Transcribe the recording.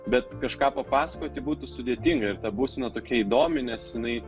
bet kažką papasakoti būtų sudėtinga ir ta būsena tokia įdomi nes jinai